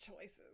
choices